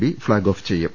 P flag off ചെയ്യും